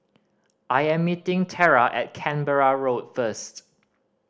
I am meeting Tera at Canberra Road first